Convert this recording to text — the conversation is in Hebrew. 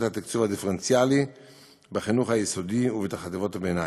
התקצוב הדיפרנציאלי בחינוך היסודי ובחטיבות הביניים.